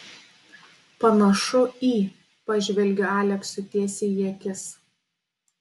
panašu į pažvelgiu aleksui tiesiai į akis